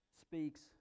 speaks